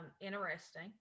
interesting